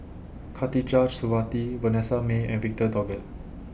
Khatijah Surattee Vanessa Mae and Victor Doggett